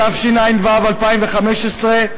התשע"ו 2015,